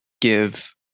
give